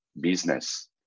business